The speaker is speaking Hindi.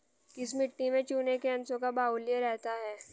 किस मिट्टी में चूने के अंशों का बाहुल्य रहता है?